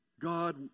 God